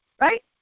right